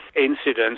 incidents